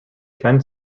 ken